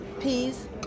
peas